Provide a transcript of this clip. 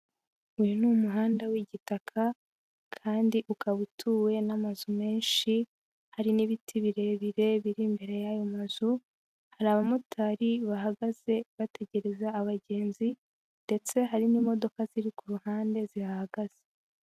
Uyu ni umuhanda w'igitaka kandi ukaba utuwe n'amazu menshi, hari n'ibiti birebire biri imbere y'ayo mazu, hari abamotari bahagaze bategereza abagenzi ndetse hari n'imodoka ziri ku ruhande zihahagaze.